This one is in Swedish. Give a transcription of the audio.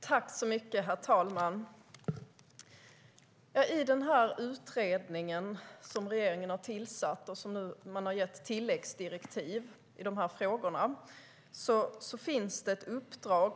Herr talman! I den utredning som regeringen har tillsatt och nu gett tilläggsdirektiv i dessa frågor finns ett uppdrag.